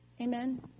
Amen